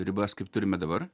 ribas kaip turime dabar